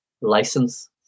license